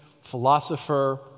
philosopher